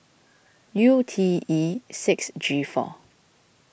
U T E six G four